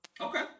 Okay